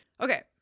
Okay